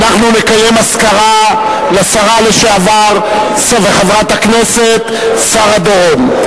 אנחנו נקיים אזכרה לשרה וחברת הכנסת לשעבר שרה דורון,